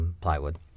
plywood